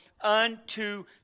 unto